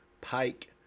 Pike